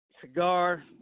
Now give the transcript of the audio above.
cigar